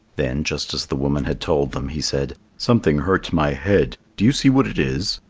then, just as the woman had told them, he said, something hurts my head. do you see what it is?